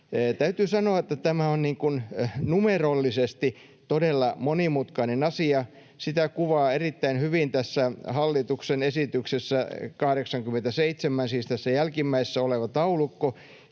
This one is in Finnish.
Täytyy sanoa, että tämä on numerollisesti todella monimutkainen asia. Sitä kuvaa erittäin hyvin tässä hallituksen esityksessä 87, siis tässä jälkimmäisessä, oleva taulukko,